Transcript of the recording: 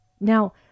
Now